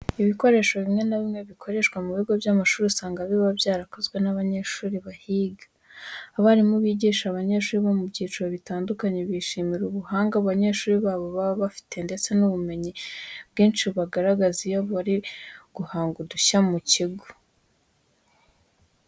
Ibikoresho bimwe na bimwe bikoreshwa mu bigo by'amashuri usanga biba byarakozwe n'abanyeshuri bahiga. Abarimu bigisha abanyeshuri bo mu byiciro bitandukanye, bishimira ubuhanga abanyeshuri babo baba bafite ndetse n'ubumenyi bwinshi bagaragaza iyo bari guhanga udushya mu kigo.